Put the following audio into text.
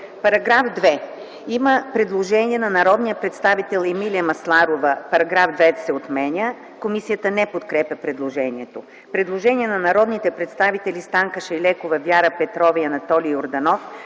АЛЕКСИЕВА: Предложение от народния представител Емилия Масларова § 3 да се отмени. Комисията не подкрепя предложението. Предложение на народните представители Станка Шайлекова, Вяра Петрова и Анатолий Йорданов.